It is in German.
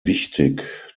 wichtig